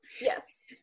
Yes